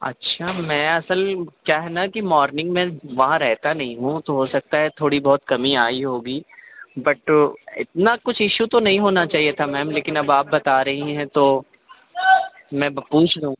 اچھا میں اصل کیا ہے نا کہ مورننگ میں وہاں رہتا نہیں ہوں تو ہو سکتا ہے تھوڑی بہت کمی آئی ہوگی بٹ اتنا کچھ ایشو تو نہیں ہونا چاہیے تھا میم لیکن اب آپ بتا رہی ہیں تو میں پوچھ لوں